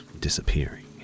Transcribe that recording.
disappearing